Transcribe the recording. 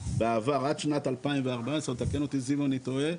עד שנת 2014, תקן אותי אם אני טועה,